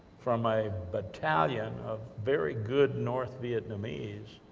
from a battalion of very good north vietnamese,